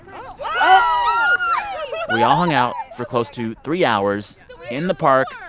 um ah we all hung out for close to three hours in the park,